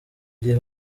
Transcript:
gihe